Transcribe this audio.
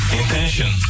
intention